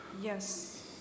Yes